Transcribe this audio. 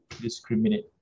discriminate